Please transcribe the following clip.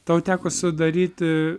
tau teko sudaryti